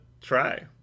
try